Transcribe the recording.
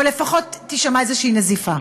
או לפחות תישמע איזושהי נזיפה.